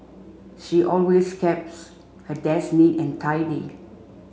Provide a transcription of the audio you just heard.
she always keeps her desk neat and tidy